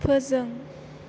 फोजों